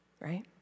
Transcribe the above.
right